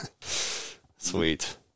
Sweet